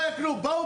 בואו,